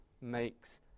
makes